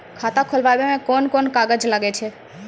खाता खोलावै मे कोन कोन कागज लागै छै?